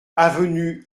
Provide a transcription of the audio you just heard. avenue